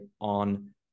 on